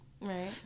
right